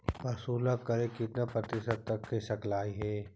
प्रशुल्क कर कितना प्रतिशत तक हो सकलई हे?